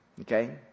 Okay